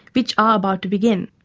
which are about to begin.